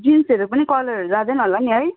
जिन्सहरू पनि कलरहरू जाँदैन होला नि है